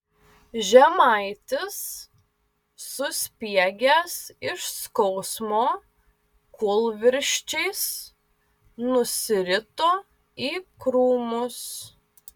žemaitis suspiegęs iš skausmo kūlvirsčiais nusirito į krūmus